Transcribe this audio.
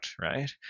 right